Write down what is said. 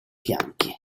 fianchi